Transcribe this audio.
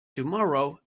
tomorrow